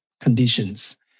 conditions